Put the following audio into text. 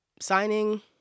Signing